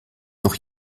noch